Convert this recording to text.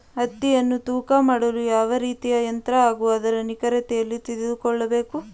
ಹತ್ತಿಯನ್ನು ತೂಕ ಮಾಡಲು ಯಾವ ರೀತಿಯ ಯಂತ್ರ ಹಾಗೂ ಅದರ ನಿಖರತೆ ಎಲ್ಲಿ ತಿಳಿದುಕೊಳ್ಳಬೇಕು?